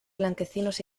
blanquecinos